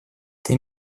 это